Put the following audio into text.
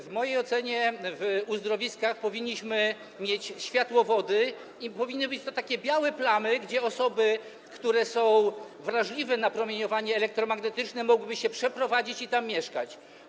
W mojej ocenie w uzdrowiskach powinniśmy mieć światłowody i powinny być to takie białe plamy, gdzie osoby, które są wrażliwe na promieniowanie elektromagnetyczne, mogłyby się przeprowadzić i tam mieszkać.